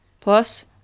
Plus